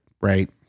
right